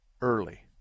early